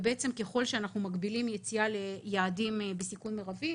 וככול שאנחנו מגבילים יציאה ליעדים בסיכון מרבי,